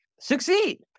succeed